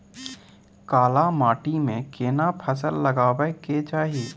काला माटी में केना फसल लगाबै के चाही?